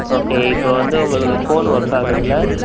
okay இப்போ வந்து உங்களுக்கு ஃபோன் ஒர்க் ஆகுதுல்லை